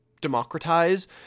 democratize